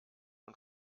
und